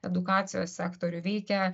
edukacijos sektorių veikia